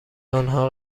آنها